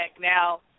now